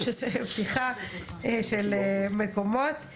מקומות אחרים.